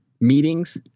meetings